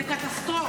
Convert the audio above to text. זה קטסטרופה.